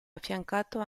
affiancato